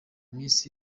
miss